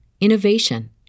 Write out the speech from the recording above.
innovation